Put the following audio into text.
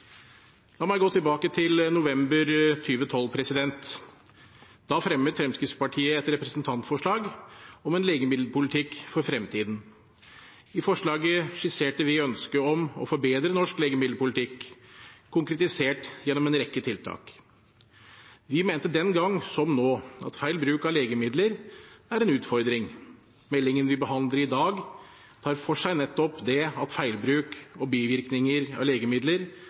La meg gå tilbake til november 2012. Da fremmet Fremskrittspartiet et representantforslag om en legemiddelpolitikk for fremtiden. I forslaget skisserte vi ønsket om å forbedre norsk legemiddelpolitikk – konkretisert gjennom en rekke tiltak. Vi mente den gang – som nå – at feil bruk av legemidler er en utfordring. Meldingen vi behandler i dag, tar for seg nettopp det at feilbruk og bivirkninger av legemidler